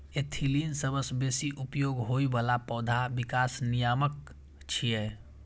ethylene सबसं बेसी उपयोग होइ बला पौधा विकास नियामक छियै